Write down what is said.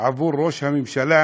עבור ראש הממשלה,